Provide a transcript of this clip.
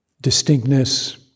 distinctness